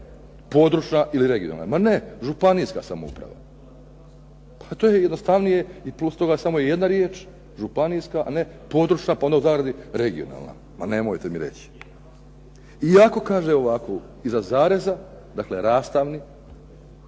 Područna ili regionalna, ma ne, županijska samouprava. Pa to je jednostavnije i plus toga samo jedna riječ, županijska, a ne područna pa onda u zagradi regionalna, ma nemojte mi reći. Iako kaže ovako, iza zareza, dakle rastavni,